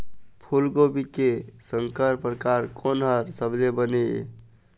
फूलगोभी के संकर परकार कोन हर सबले बने ये?